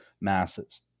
masses